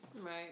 Right